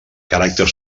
caràcter